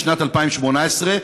בשנת 2018,